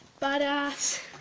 Badass